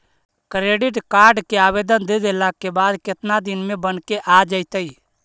Credit card के आवेदन दे देला के बाद केतना दिन में बनके आ जइतै?